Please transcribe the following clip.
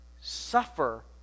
suffer